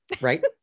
right